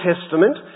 Testament